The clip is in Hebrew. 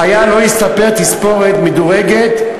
חייל לא יסתפר תספורת מדורגת,